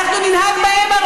אנחנו יודעים מצוין מה